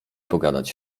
pogadać